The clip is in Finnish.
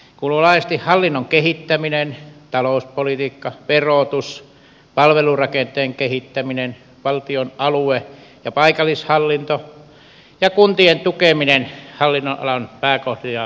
siihen kuuluu laajasti hallinnon kehittäminen talouspolitiikka verotus palvelurakenteen kehittäminen valtion alue ja paikallishallinto ja kuntien tukeminen hallinnonalan pääkohtia mainitakseni